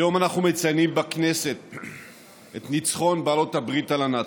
היום אנחנו מציינים בכנסת את ניצחון בעלות הברית על הנאצים.